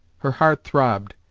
her heart throbbed,